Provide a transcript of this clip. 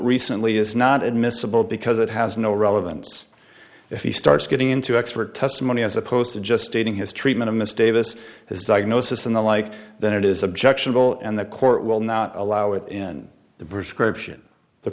recently is not admissible because it has no relevance if he starts getting into expert testimony as opposed to just stating his treatment a mistake this his diagnosis and the like then it is objectionable and the court will not allow it in the prescription the